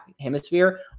hemisphere